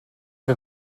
que